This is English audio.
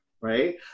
right